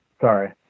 sorry